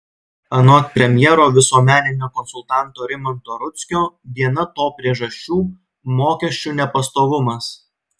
anot premjero visuomeninio konsultanto rimanto rudzkio viena to priežasčių mokesčių nepastovumas